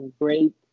great